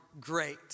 Great